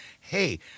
hey